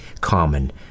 common